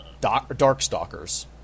Darkstalkers